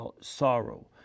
sorrow